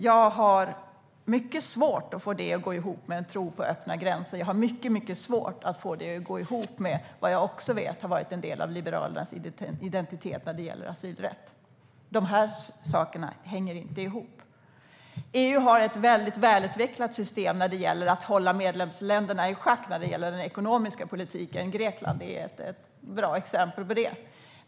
Jag har mycket svårt att få det att gå ihop med en tro på öppna gränser. Jag har mycket svårt att få det att gå ihop med det som också har varit en del av Liberalernas identitet när det gäller asylrätt. De här sakerna hänger inte ihop. EU har ett väldigt välutvecklat system för att hålla medlemsländerna i schack beträffande den ekonomiska politiken. Grekland är ett bra exempel på det.